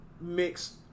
mixed